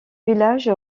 village